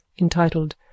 entitled